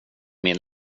min